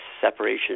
separation